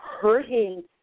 hurting